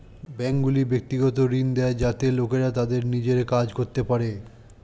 ব্যাঙ্কগুলি ব্যক্তিগত ঋণ দেয় যাতে লোকেরা তাদের নিজের কাজ করতে পারে